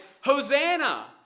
Hosanna